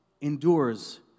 endures